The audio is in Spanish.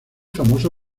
famoso